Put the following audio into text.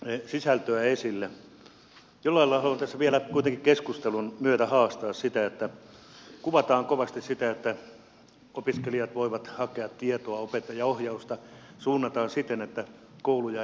jollain lailla haluan tässä vielä kuitenkin keskustelun myötä haastaa sitä kun kuvataan kovasti sitä että opiskelijat voivat hakea tietoa opettajaohjausta suunnataan siten että kouluja ei välttämättä tarvittaisikaan